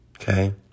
Okay